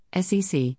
SEC